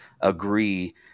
agree